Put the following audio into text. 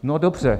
No dobře.